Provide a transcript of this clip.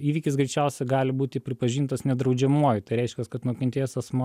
įvykis greičiausia gali būti pripažintas nedraudžiamuoju tai reiškias kad nukentėjęs asmuo